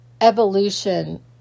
evolution